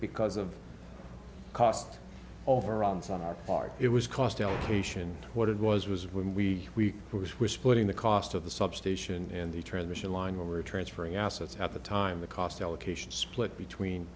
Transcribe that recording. because of cost overruns on our part it was cost allocation what it was was when we pushed we're splitting the cost of the substation and the transmission line over transferring assets at the time the cost allocation split between